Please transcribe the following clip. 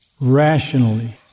rationally